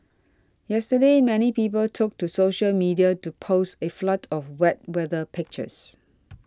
yesterday many people took to social media to post a flood of wet weather pictures